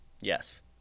Yes